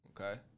Okay